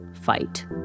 fight